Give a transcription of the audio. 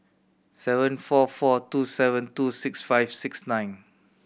seven four four two seven two six five six nine